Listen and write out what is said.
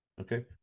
Okay